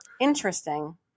Interesting